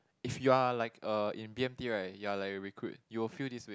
if you're like a in b_m_t you're like a recruit you will feel this with